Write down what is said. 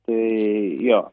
tai jo